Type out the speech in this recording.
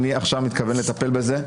אני עכשיו מתכוון לטפל בזה,